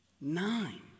nine